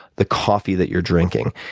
the coffee that you're drinking,